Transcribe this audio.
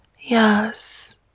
yes